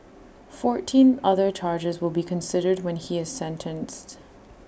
fourteen other charges will be considered when he is sentenced